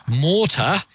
mortar